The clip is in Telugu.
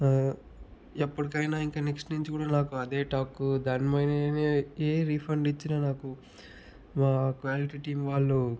ఎప్పటికైనా ఇంక నెక్స్ట్ నించి కూడా నాకు అదే టాకు దాన్ పైన ఏ రీఫండ్ ఇచ్చినా నాకు మా క్వాలిటీ టీమ్ వాళ్ళు